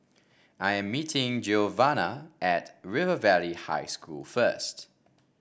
I am meeting Giovanna at River Valley High School first